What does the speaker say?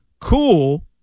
Cool